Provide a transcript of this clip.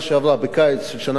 בקיץ של השנה שעברה,